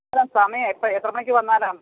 അല്ല സമയം എപ്പോൾ എത്ര മണിക്ക് വന്നാലാണ്